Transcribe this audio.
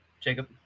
jacob